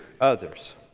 others